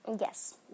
Yes